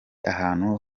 ahantu